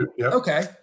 Okay